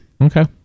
Okay